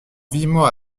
vivement